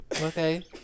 Okay